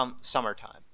summertime